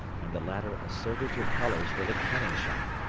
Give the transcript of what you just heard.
and the latter asserted her colours with a cannon-shot.